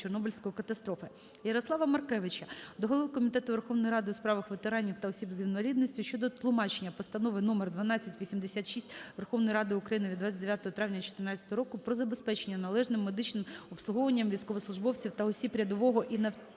Ярослава Маркевича до голови Комітету Верховної Ради у справах ветеранів та осіб з інвалідністю щодо тлумачення Постанови № 1286 Верховної Ради України від 29 травня 2014 року "Про забезпечення належним медичним обслуговуванням військовослужбовців та осіб рядового і